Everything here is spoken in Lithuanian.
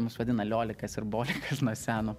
mus vadina liolikas ir bolikas nuo seno